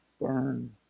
burn